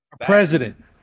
president